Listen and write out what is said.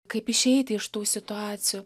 kaip išeiti iš tų situacijų